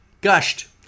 Gushed